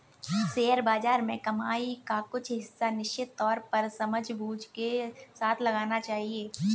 share बाज़ार में कमाई का कुछ हिस्सा निश्चित तौर पर समझबूझ के साथ लगाना चहिये